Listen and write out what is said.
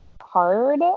hard